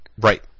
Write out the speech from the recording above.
Right